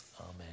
Amen